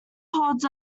holds